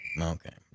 Okay